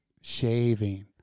Shaving